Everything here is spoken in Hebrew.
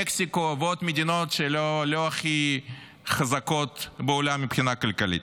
מקסיקו ועוד מדינות שלא הכי חזקות בעולם מבחינה כלכלית.